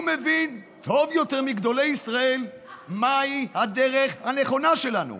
הוא מבין טוב יותר מגדולי ישראל מהי הדרך הנכונה שלנו.